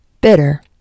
bitter